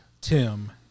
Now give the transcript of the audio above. Tim